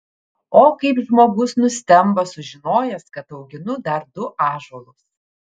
o kaip žmogus nustemba sužinojęs kad auginu dar du ąžuolus